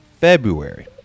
February